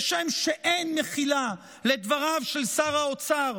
כשם שאין מחילה לדבריו של שר האוצר